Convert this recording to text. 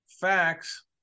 facts